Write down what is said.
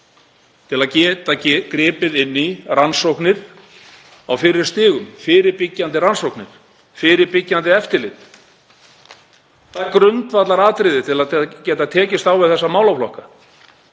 til að geta gripið inn í rannsóknir á fyrri stigum, fyrirbyggjandi rannsóknir, fyrirbyggjandi eftirlit. Það er grundvallaratriði til að geta tekist á við þessa málaflokka.